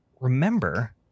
remember